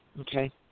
okay